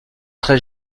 très